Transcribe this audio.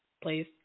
Please